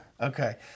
Okay